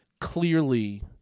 clearly